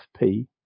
FP